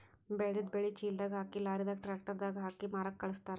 ಬೆಳೆದಿದ್ದ್ ಬೆಳಿ ಚೀಲದಾಗ್ ಹಾಕಿ ಲಾರಿದಾಗ್ ಟ್ರ್ಯಾಕ್ಟರ್ ದಾಗ್ ಹಾಕಿ ಮಾರಕ್ಕ್ ಖಳಸ್ತಾರ್